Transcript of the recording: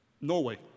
Norway